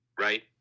Right